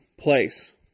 place